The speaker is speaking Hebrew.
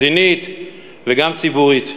מדינית וגם ציבורית.